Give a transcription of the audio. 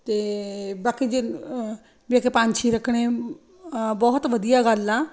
ਅਤੇ ਬਾਕੀ ਜੇ ਵੇਖ ਪੰਛੀ ਰੱਖਣੇ ਬਹੁਤ ਵਧੀਆ ਗੱਲ ਆ